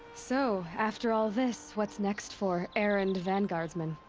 so, after all this, what's next for erend vanguardsman?